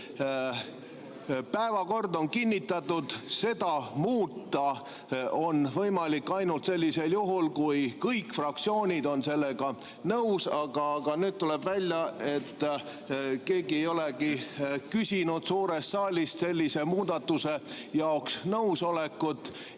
Päevakord on kinnitatud, seda muuta on võimalik ainult sellisel juhul, kui kõik fraktsioonid on sellega nõus, aga nüüd tuleb välja, et keegi ei olegi küsinud suure saali käest sellise muudatuse jaoks nõusolekut.